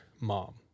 mom